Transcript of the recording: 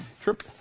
Trip